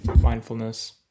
mindfulness